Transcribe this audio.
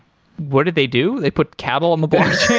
what did they do? they put cattle on the blockchain?